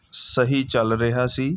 ਸਹੀ ਚੱਲ ਰਿਹਾ ਸੀ